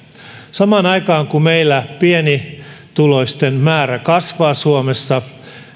samaan aikaan kun meillä pienituloisten määrä kasvaa suomessa